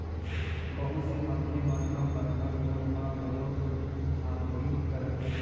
बहुत से मनखे मन ह बंधक लोन म घलो धांधली करथे